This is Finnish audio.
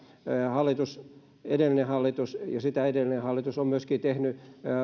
edellinen hallitus ja sitä edellinen hallitus ovat myöskin tehneet